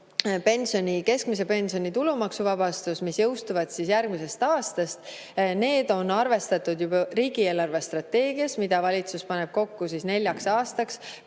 keskmise pensioni tulumaksuvabastus, mis jõustuvad järgmisest aastast, on arvestatud juba riigi eelarvestrateegias, mille valitsus paneb kokku neljaks aastaks.